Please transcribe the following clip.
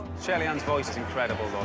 shellyann's voice is incredible, though.